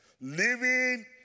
living